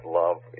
love